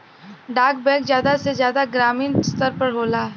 डाक बैंक जादा से जादा ग्रामीन स्तर पर होला